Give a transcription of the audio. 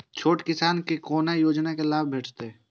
छोट किसान के कोना योजना के लाभ भेटते?